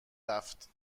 رفت